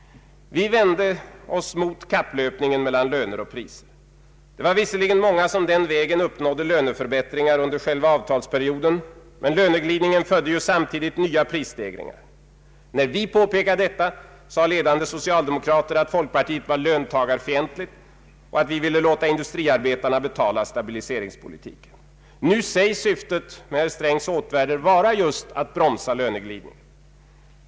Vi vände oss mot kapplöpningen mellan löner och priser. Det var visserligen många som den vägen uppnådde löneförbättringar under själva avtalsperioden, men löneglidningen födde ju samtidigt nya prisstegringar. När vi påpekade detta sade ledande socialdemokrater att folkpartiet var löntagarfientligt och att vi ville låta industriarbetarna betala stabiliseringspolitiken. Nu sägs syftet med herr Strängs åtgärder vara just att bromsa löneglidningen.